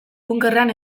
bunkerrean